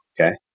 Okay